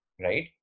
right